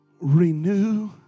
renew